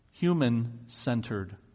human-centered